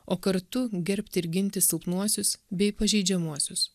o kartu gerbti ir ginti silpnuosius bei pažeidžiamuosius